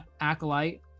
Acolyte